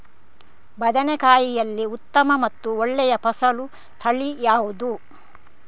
ಬದನೆಕಾಯಿಯಲ್ಲಿ ಉತ್ತಮ ಮತ್ತು ಒಳ್ಳೆಯ ಫಸಲು ತಳಿ ಯಾವ್ದು?